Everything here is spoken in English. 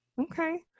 Okay